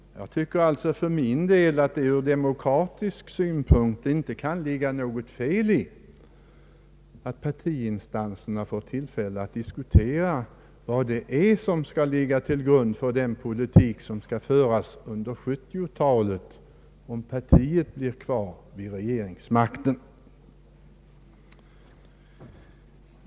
Jag tycker alltså för min del att det ur demokratisk synpunkt inte kan ligga något fel i att partiinstanserna får tillfälle att diskutera vad det är som skall ligga till grund för politiken under 1970-talet, om partiet är kvar vid regeringsmakten.